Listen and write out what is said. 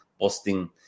posting